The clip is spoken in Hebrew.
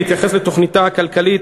להתייחס לתוכניתה הכלכלית,